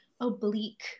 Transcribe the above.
oblique